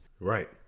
Right